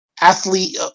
athlete